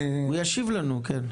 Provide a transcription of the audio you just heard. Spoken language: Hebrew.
הוא ישיב לנו, כן.